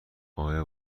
آیا